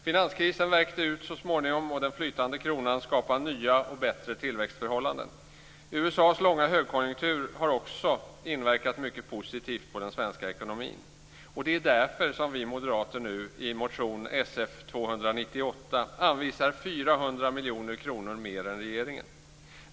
Finanskrisen värkte ut så småningom och den flytande kronan skapade nya och bättre tillväxtförhållanden. USA:s långa högkonjunktur har också inverkat mycket positivt på den svenska ekonomin. Det är därför vi moderater nu i motion SF298 anvisar 400 miljoner kronor mer än regeringen.